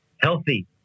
healthy